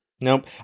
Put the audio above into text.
Nope